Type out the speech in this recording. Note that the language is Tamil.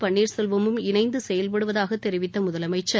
பன்னீர்செல்வமும் இணைந்து செயல்படுவதாக தெரிவித்த முதலமைச்சர்